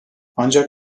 ancak